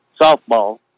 Softball